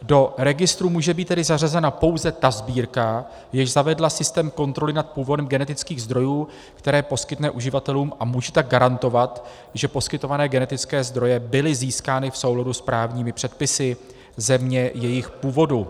Do registru může být tedy zařazena pouze ta sbírka, jež zavedla systém kontroly nad původem genetických zdrojů, které poskytne uživatelům, a může tak garantovat, že poskytované genetické zdroje byly získány v souladu s právními předpisy země jejich původu.